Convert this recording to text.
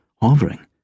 hovering